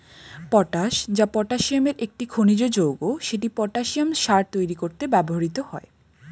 potash, যা পটাসিয়ামের একটি খনিজ যৌগ, সেটি পটাসিয়াম সার তৈরি করতে ব্যবহৃত হয়